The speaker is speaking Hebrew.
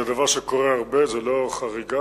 זה דבר שקורה, זה לא חריגה.